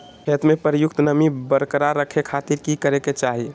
खेत में उपयुक्त नमी बरकरार रखे खातिर की करे के चाही?